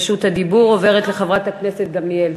רשות הדיבור עוברת לחברת הכנסת גמליאל.